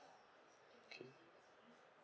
okay